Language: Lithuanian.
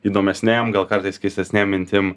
įdomesnėm gal kartais keistesnėm mintim